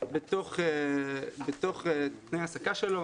בתוך תנאי ההעסקה שלו